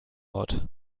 ort